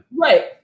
Right